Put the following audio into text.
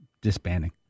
disbanding